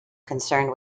concerned